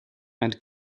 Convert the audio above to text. and